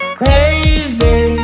crazy